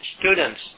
students